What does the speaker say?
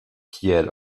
kiel